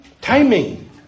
Timing